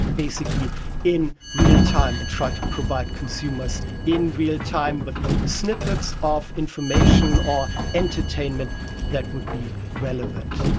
basically in real time, and try to provide consumers in real time with snippets of information or entertainment that would be relevant,